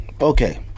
Okay